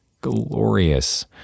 glorious